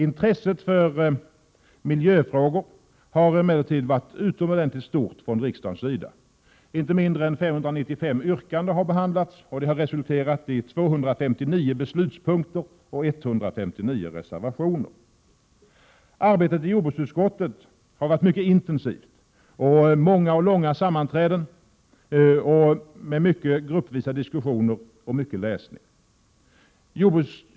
Intresset för miljöfrågor har emellertid varit utomordentligt stort från riksdagens sida. Inte mindre än 595 yrkanden har behandlats, och det har resulterat i 259 beslutspunkter och 159 reservationer. Arbetet i jordbruksutskottet har varit mycket intensivt, med många och långa sammanträden, många gruppvisa diskussioner och mycket läsning.